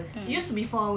mm